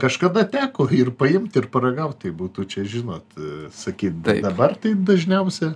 kažkada teko ir paimt ir paragaut tai būtų čia žinot sakyt bet dabar tai dažniausia